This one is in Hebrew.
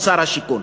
כבוד שר השיכון,